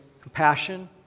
compassion